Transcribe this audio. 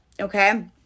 okay